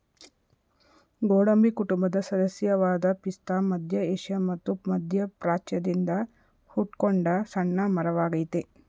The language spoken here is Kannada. ಗೋಡಂಬಿ ಕುಟುಂಬದ ಸದಸ್ಯವಾದ ಪಿಸ್ತಾ ಮಧ್ಯ ಏಷ್ಯಾ ಮತ್ತು ಮಧ್ಯಪ್ರಾಚ್ಯದಿಂದ ಹುಟ್ಕೊಂಡ ಸಣ್ಣ ಮರವಾಗಯ್ತೆ